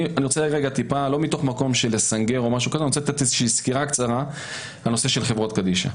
אני רוצה לתת סקירה קצרה מנקודת מבטי על חברות קדישא,